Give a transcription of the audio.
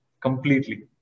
completely